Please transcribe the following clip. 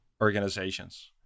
organizations